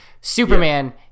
Superman